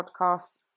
podcasts